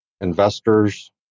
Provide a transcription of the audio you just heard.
investors